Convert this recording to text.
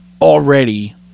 already